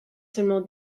seulement